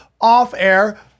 off-air